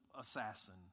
assassin